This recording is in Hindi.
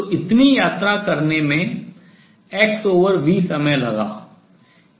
तो इतनी यात्रा करने में xv समय लगा